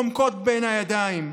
חומקות בין הידיים.